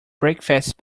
breakfast